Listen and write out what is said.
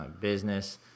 business